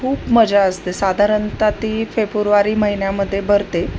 खूप मजा असते साधारणतः ती फेब्रुवारी महिन्यामध्ये भरते